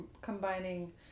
combining